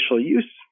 use